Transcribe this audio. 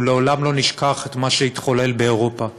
לעולם לא נשכח את מה שהתחולל באירופה,